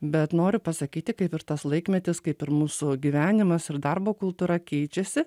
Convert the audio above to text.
bet noriu pasakyti kaip ir tas laikmetis kaip ir mūsų gyvenimas ir darbo kultūra keičiasi